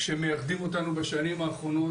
שמייחדים אותנו בשנים האחרונות,